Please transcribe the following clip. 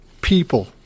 people